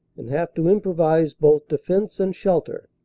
and have to improvise both defense and shelter.